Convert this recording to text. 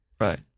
right